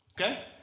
Okay